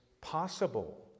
possible